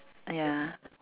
ah ya